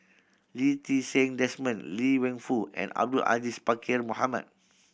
Lee Ti Seng Desmond Liang Wenfu and Abdul Aziz Pakkeer Mohamed